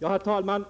Herr talman!